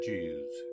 Jews